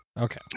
Okay